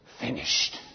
finished